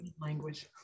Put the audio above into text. language